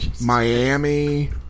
Miami